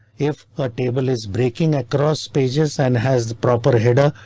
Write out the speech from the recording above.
if a table is breaking across pages and has the proper header,